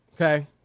okay